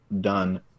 done